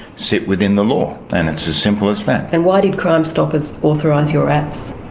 sit within the law, and it's as simple as that. and why did crime stoppers authorise your apps?